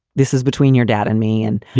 this is between your dad and me and. yeah.